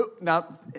now